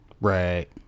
Right